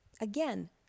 again